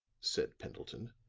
said pendleton.